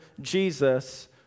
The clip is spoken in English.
Jesus